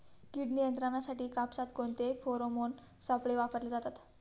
कीड नियंत्रणासाठी कापसात कोणते फेरोमोन सापळे वापरले जातात?